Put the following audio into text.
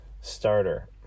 starter